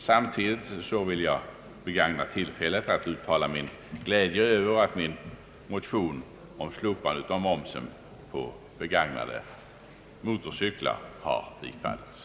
Samtidigt vill jag begagna tillfället att uttala min glädje över att min motion om slopande av moms på begagnade motorcyklar har tillstyrkts.